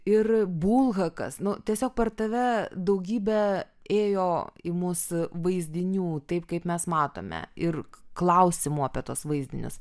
ir bulhakas nu tiesiog per tave daugybė ėjo į mus vaizdinių taip kaip mes matome ir klausimų apie tuos vaizdinius